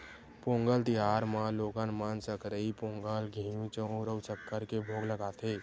पोंगल तिहार म लोगन मन सकरई पोंगल, घींव, चउर अउ सक्कर के भोग लगाथे